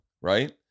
right